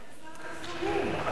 זה היה בסל החיסונים.